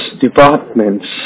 departments